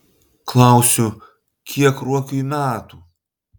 klausiu kiek ruokiui metų